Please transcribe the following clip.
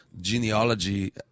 genealogy